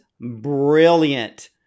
brilliant